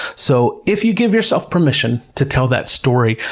so, if you give yourself permission to tell that story,